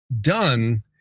done